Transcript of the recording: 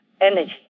energy